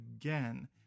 again